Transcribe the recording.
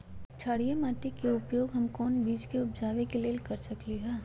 क्षारिये माटी के उपयोग हम कोन बीज के उपजाबे के लेल कर सकली ह?